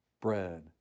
bread